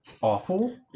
awful